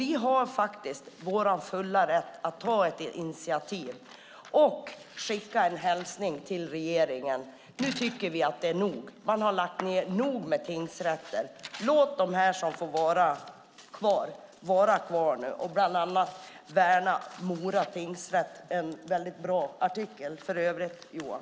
Vi är i vår fulla rätt att ta ett initiativ och skicka en hälsning till regeringen att vi tycker att det är nog. Man har lagt ned tillräckligt många tingsrätter. Låt dem som finns vara kvar, och låt oss bland annat värna Mora tingsrätt. Tack för en bra artikel, Johan!